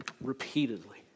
repeatedly